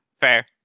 fair